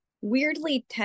weirdly